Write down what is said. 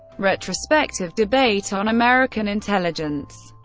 retrospective debate on american intelligence